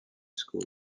school